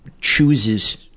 chooses